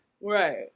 Right